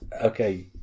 Okay